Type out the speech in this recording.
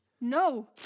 No